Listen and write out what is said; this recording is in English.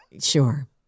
Sure